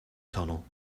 tunnel